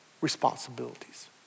responsibilities